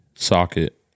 socket